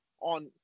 on